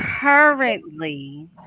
currently